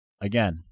again